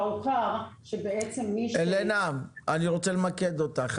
אני רוצה למקד אותך.